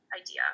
Idea